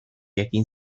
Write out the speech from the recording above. ekin